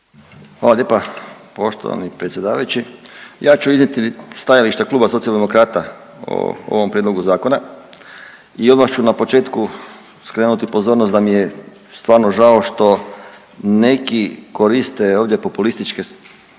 Hvala lijepa poštovani predsjedavajući. Ja ću iznijeti stajališta Kluba socijaldemokrata o ovom prijedlogu zakona i odmah ću na početku skrenuti pozornost da mi je stvarno žao što neki koriste ovdje populističke